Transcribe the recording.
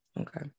okay